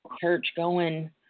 church-going